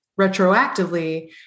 retroactively